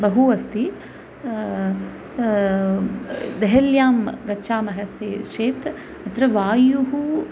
बहु अस्ति देहल्यां गच्छामः स् चेत् तत्र वायुः